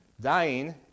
Dying